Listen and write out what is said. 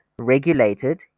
regulated